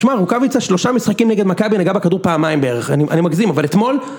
תשמע, רוקאביצה שלושה משחקים נגד מקאבי נגע בכדור פעמיים בערך, אני מגזים, אבל אתמול...